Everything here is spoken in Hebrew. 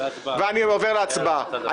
ואני עובר להצבעה.